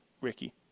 Ricky